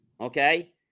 okay